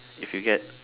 if you get